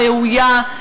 ראויה,